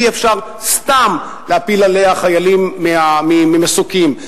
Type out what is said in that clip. אי-אפשר סתם להפיל עליה חיילים ממסוקים,